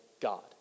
God